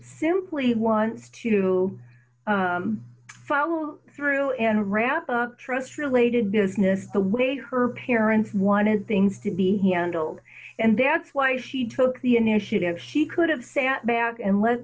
simply wants to follow through and wrap a trust related business the way her parents wanted things to be handled and that's why she took the initiative she could have sat back and let